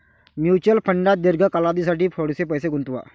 mutual फंडात दीर्घ कालावधीसाठी थोडेसे पैसे गुंतवा